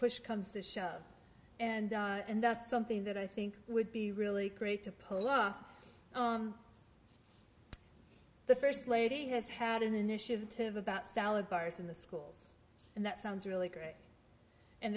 push comes to shove and that's something that i think would be really great to pull up the first lady has had an initiative about salad bars in the schools and that sounds really great and